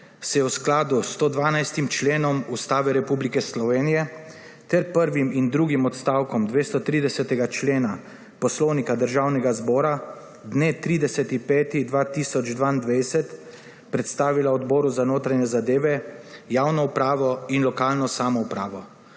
se je v skladu s 112. členom Ustave Republike Slovenije ter prvim in drugim odstavkom 230. člena Poslovnika Državnega zbora 30. 5. 2022 predstavila Odboru za notranje zadeve, javno upravo in lokalno samoupravo